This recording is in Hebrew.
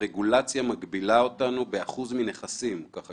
הרגולציה מגבילה אותנו באחוז מנכסים ככה